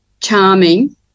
charming